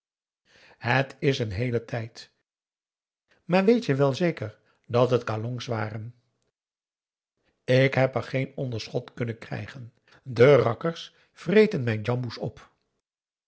het is n heele tijd maar weet je wel zeker dat het kalongs waren ik heb er geen onder schot kunnen krijgen de rakkers vreten mijn djamboes op